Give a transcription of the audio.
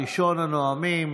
ראשון הנואמים,